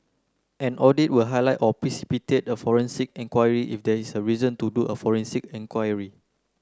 an audit will highlight or precipitate a forensic enquiry if there is reason to do a forensic enquiry